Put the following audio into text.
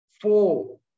four